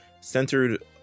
centered